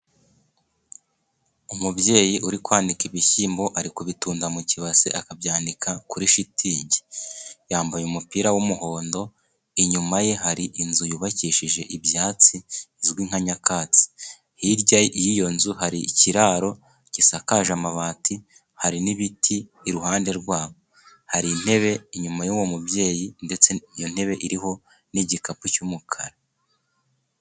Umubyeyi uri kwanika ibishyimbo, ari ku bitunda mu kibase akabyanika kuri shitingi, yambaye umupira w'umuhondo, inyuma ye hari inzu yubakishije ibyatsi izwi nka nyakatsi, hirya y'iyo nzu hari ikiraro gisakaje amabati, hari n'ibiti iruhande rwabo, hari intebe inyuma y'uwo mubyeyi, ndetse iyo ntebe iriho n'igikapu cy'umukara.